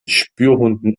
spürhunden